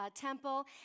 temple